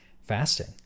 fasting